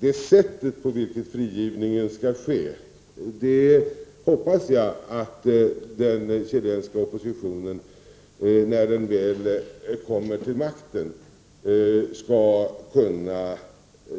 När den chilenska oppositionen väl kommer till makten hoppas jag att den skall kunna